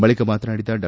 ಬಳಿಕ ಮಾತನಾಡಿದ ಡಾ